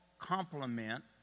complement